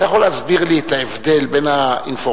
אתה יכול להסביר לי את ההבדל בין האינפורמציה